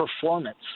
performance